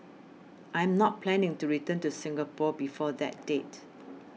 I'm not planning to return to Singapore before that date